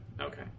Okay